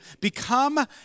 become